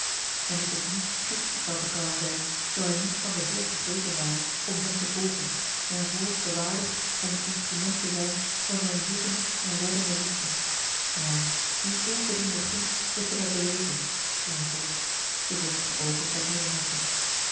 en die tot niets goeds zou bekwaam zijn zoo hij niet van den a l g bosboom-toussaint de delftsche wonderdokter eel eer gegrepen ware om hem te volgen en voorts gewaardigd om het instrument te zijn van zijne zoekende en reddende liefde ja die onverdiende gunst heeft hij mij bewezen ging hij voort de vochtige oogen ten hemel heffende